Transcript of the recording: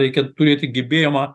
reikia turėti gebėjimą